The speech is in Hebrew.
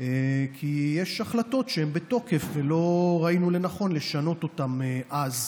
כי יש החלטות שהן בתוקף ולא ראינו לשנות אותן אז.